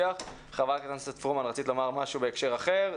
חברת הכנסת פרומן רצית להגיד משהו בהקשר אחר.